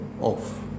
off